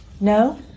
No